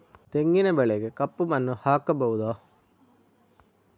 ತೆಂಗಿನ ಬೆಳೆಗೆ ಕಪ್ಪು ಮಣ್ಣು ಆಗ್ಬಹುದಾ?